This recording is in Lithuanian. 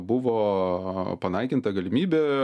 buvo panaikinta galimybė